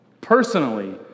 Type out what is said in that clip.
personally